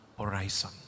horizon